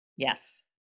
Yes